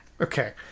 Okay